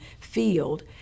field